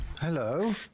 Hello